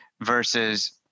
versus